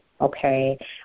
okay